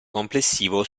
complessivo